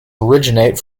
originate